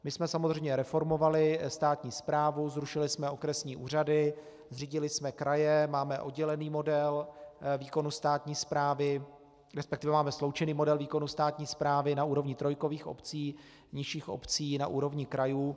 My jsme samozřejmě reformovali státní správu, zrušili jsme okresní úřady, zřídili jsme kraje, máme oddělený model výkonu státní správy, resp. máme sloučený model výkonu státní správy na úrovni trojkových obcí, nižších obcí na úrovni krajů.